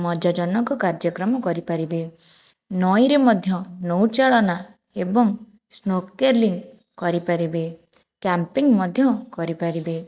ମଜା ଜନକ କାର୍ଯ୍ୟକ୍ରମ କରିପାରିବେ ନଈରେ ମଧ୍ୟ ନୌଉ ଚାଳନା ଏବଂ ସ୍ନୋର୍କେଲିନ କରିପାରିବେ କ୍ୟାମ୍ପିଙ୍ଗ ମଧ୍ୟ କରିପାରିବେ